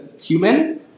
human